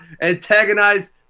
antagonize